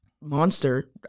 monster